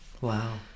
Wow